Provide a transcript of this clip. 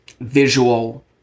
visual